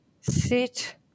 sit